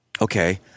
okay